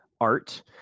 Art